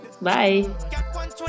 Bye